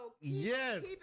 Yes